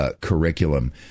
curriculum